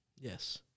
Yes